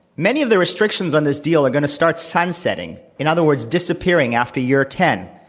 many of the restrictions on this deal are going to start sunsetting, in other words, disappearing, after year ten.